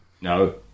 No